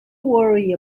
worry